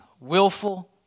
Willful